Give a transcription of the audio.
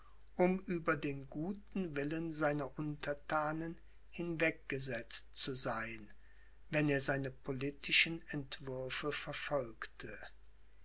um über den guten willen seiner unterthanen hinweggesetzt zu sein wenn er seine politischen entwürfe verfolgte